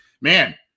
man